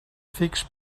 fix